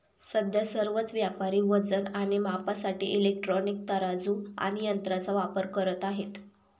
सध्या सर्वच व्यापारी वजन आणि मापासाठी इलेक्ट्रॉनिक तराजू आणि यंत्रांचा वापर करत आहेत